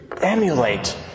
emulate